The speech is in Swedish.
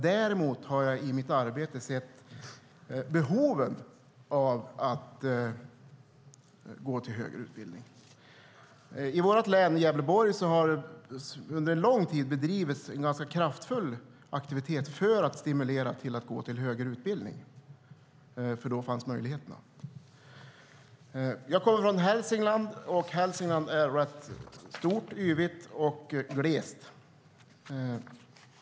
Däremot har jag i mitt arbete sett behovet av att gå till högre utbildning. I vårt län, Gävleborg, har det under lång tid bedrivits en ganska kraftfull aktivitet för att stimulera till att gå till högre utbildning, som ger möjligheterna. Jag kommer från Hälsingland, och det är rätt stort, yvigt och glest.